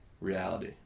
reality